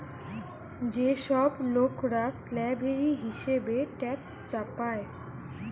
যে সব লোকরা স্ল্যাভেরি হিসেবে ট্যাক্স চাপায়